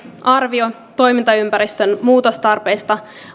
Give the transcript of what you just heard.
arvio toimintaympäristön muutostarpeista